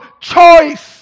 choice